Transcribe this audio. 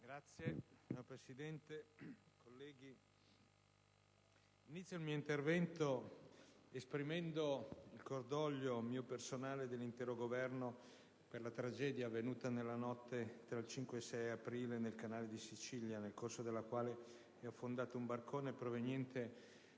Presidente, onorevoli colleghi, inizio il mio intervento esprimendo il cordoglio, mio personale e dell'intero Governo, per la tragedia avvenuta nella notte tra il 5 e il 6 aprile nel Canale di Sicilia, nel corso della quale è affondato un barcone proveniente